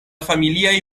familiaj